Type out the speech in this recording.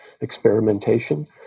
experimentation